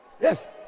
Yes